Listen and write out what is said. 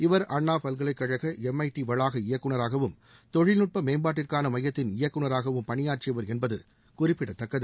இவர் அண்ணா பல்கலைக் கழக ளம்ஐடி வளாக இயக்குநராகவும் தொழில்நுட்ப மேம்பாட்டுக்கான மையத்தின் இயக்குநராகவும் பணியாற்றியவர் என்பது குறிப்பிடத்தக்கது